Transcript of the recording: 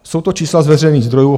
Jsou to čísla z veřejných zdrojů.